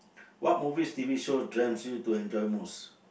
what movies t_v show do you enjoy most